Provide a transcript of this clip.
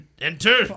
Enter